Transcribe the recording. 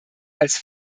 als